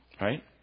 Right